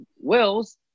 Wills